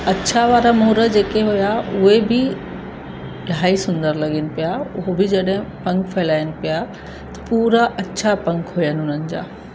अछा वारा मोर जेके हुआ उहे बि इलाही सुंदर लॻनि पिया हू बि जॾहिं पंख फैलाइनि पिया त पूरा अछा पंख हुआ हुननि जा